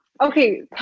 okay